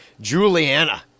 Juliana